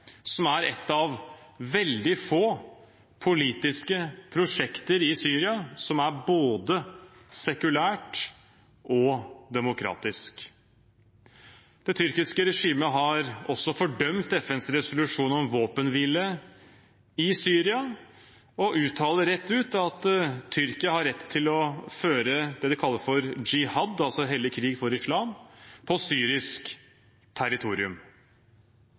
som er et av veldig få politiske prosjekter i Syria som er både sekulært og demokratisk. Det tyrkiske regimet har også fordømt FNs resolusjon om våpenhvile i Syria og uttaler rett ut at Tyrkia har rett til å føre det de kaller «jihad», altså hellig krig for islam, på syrisk territorium.